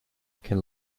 can